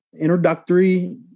introductory